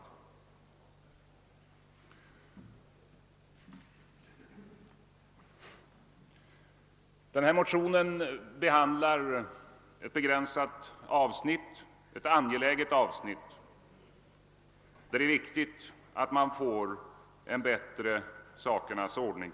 I förevarande motioner behandlas ett begränsat men angeläget avsnitt, där det är viktigt att få till stånd en bättre ordning.